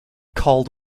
called